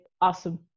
awesome